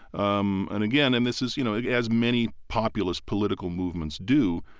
um and again, and this is you know, as many populist political movements do,